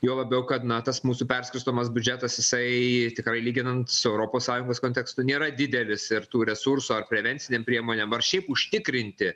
juo labiau kad na tas mūsų perskirstomas biudžetas jisai tikrai lyginant su europos sąjungos kontekstu nėra didelis ir tų resursų ar prevencinėm priemonėm ar šiaip užtikrinti